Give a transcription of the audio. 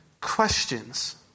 questions